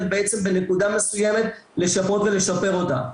בעצם בנקודה מסוימת לשפות ולשפר אותה,